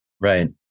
Right